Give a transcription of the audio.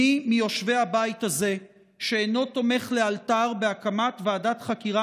מי מיושבי הבית הזה שאינו תומך בהקמת ועדת חקירה